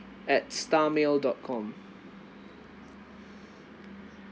at star mail dot com